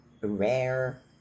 rare